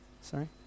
sorry